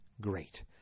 great